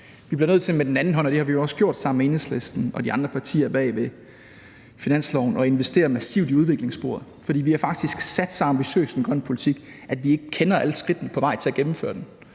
Vi bliver nødt til med den anden hånd, og det har vi jo også gjort sammen med Enhedslisten og de andre partier bag finanslovsaftalen, at investere massivt i udviklingssporet. For vi har faktisk sat så ambitiøs en grøn politik, at vi ikke kender alle skridtene på vejen til at gennemføre den.